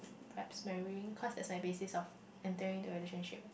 perhaps marrying cause that is a basis of entering the relationship